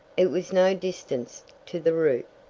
it was no distance to the roof,